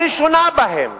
הראשונה בהן,